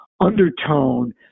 undertone